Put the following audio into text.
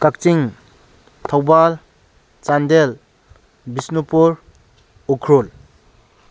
Kakching Thoubal Chandel Bishnupur Ukhrul